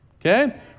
okay